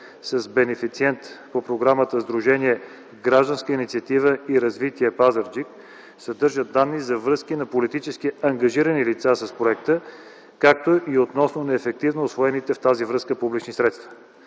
с бенефициент по програмата Сдружение „Гражданска инициатива и развитие Пазарджик” съдържа данни за връзки на политически ангажирани лица с проекта, както и относно неефективно усвоените в тази връзка публични средства.